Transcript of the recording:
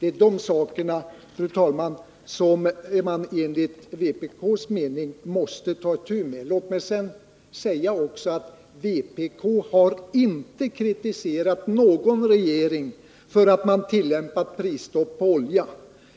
Det är de sakerna, fru talman, som man enligt vpk:s mening måste ta itu med. Låt mig sedan också säga att vpk inte har kritiserat någon regering för att den tillämpat prisstopp på olja